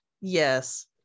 Yes